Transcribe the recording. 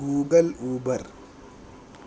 Google Uber